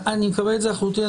אני מקבל את זה לחלוטין.